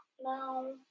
No